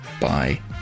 Bye